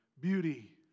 Beauty